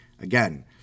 again